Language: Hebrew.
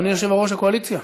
אדוני יושב-ראש הקואליציה.